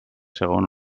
segon